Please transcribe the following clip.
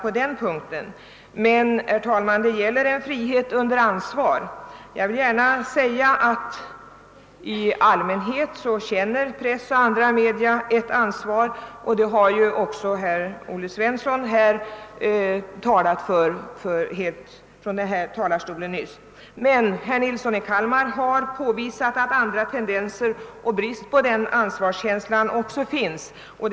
Men, herr talman, det måste vara en frihet under ansvar. Jag vill gärna framhålla att pressen och andra massmedia i allmänhet känner sitt ansvar. Det har ju också herr Svensson i Eskilstuna nyss understrukit. Men herr Nilsson i Kalmar har påvisat att det också finns en del andra tendenser, vilka avslöjar brist på ansvarskänsla.